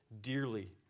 dearly